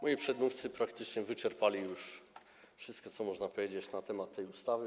Moi przedmówcy praktycznie powiedzieli już wszystko, co można powiedzieć na temat tej ustawy.